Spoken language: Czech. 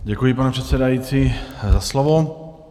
Děkuji, pane předsedající, za slovo.